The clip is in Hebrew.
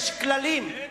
יש כללים.